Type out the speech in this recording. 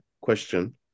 question